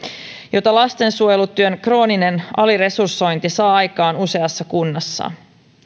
jota lastensuojelutyön krooninen aliresursointi saa aikaan useassa kunnassa